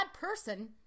person